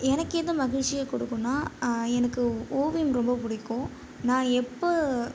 எனக்கு எது மகிழ்ச்சியை கொடுக்குனா எனக்கு ஓவியம் ரொம்ப பிடிக்கும் நான் எப்போ